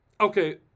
Okay